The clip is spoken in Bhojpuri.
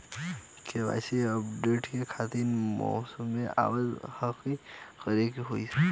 के.वाइ.सी अपडेशन करें खातिर मैसेज आवत ह का करे के होई साहब?